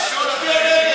אז תצביע נגד.